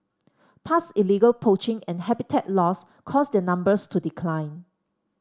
past illegal poaching and habitat loss caused their numbers to decline